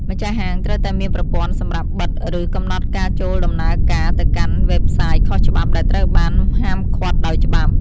ម្ចាស់ហាង ត្រូវតែមាន ប្រព័ន្ធ សម្រាប់ បិទ ឬ កំណត់ការចូលដំណើរការ ទៅកាន់ វេបសាយខុសច្បាប់ ដែលត្រូវបាន ហាមឃាត់ដោយច្បាប់។